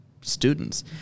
students